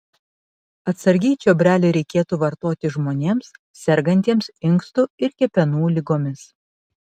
atsargiai čiobrelį reikėtų vartoti žmonėms sergantiems inkstų ir kepenų ligomis